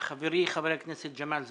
חברי חבר הכנסת ג'מאל זחאלקה.